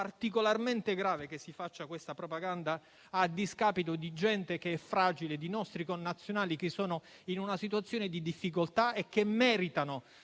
particolarmente grave che si faccia questa propaganda a discapito di gente fragile, di nostri connazionali in situazione di difficoltà, che meritano